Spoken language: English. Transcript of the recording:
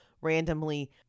randomly